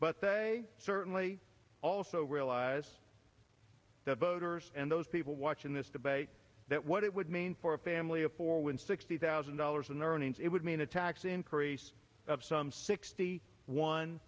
but they certainly also realize that voters and those people watching this debate that what it would mean for a family of four when sixty thousand dollars in earnings it would mean a tax increase of some sixty one